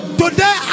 today